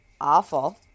awful